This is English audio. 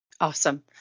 Awesome